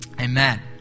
Amen